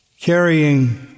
carrying